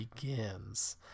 Begins